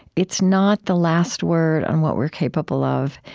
it's not the last word on what we're capable of.